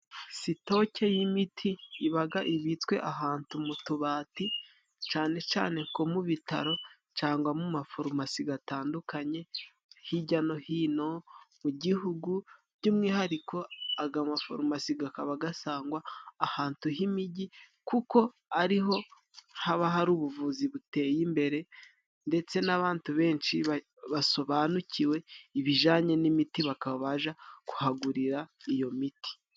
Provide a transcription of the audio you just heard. Sitoke y'imiti iba ibitswe ahantu mu tubati, cyane cyane nko mu bitaro, cyangwa mu mafarumasi atandukanye, hirya no hino mu Gihugu. By'umwihariko, aya mafarumasi akaba asangwa ahantu h'imigi, kuko ariho haba hari ubuvuzi buteye imbere, ndetse n'abandi benshi basobanukiwe ibijyanye n'imiti bakabasha kuhagurira iyo miti.